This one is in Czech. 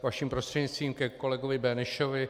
Vaším prostřednictvím ke kolegovi Böhnischovi.